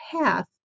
path